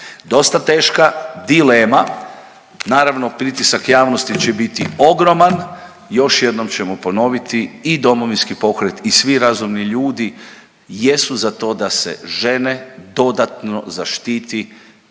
Dosta teška dilema, naravno pritisak javnosti će biti ogroman i još jednom ćemo ponoviti, i Domovinski pokret i svi razumni ljudi jesu za to da se žene dodatno zaštiti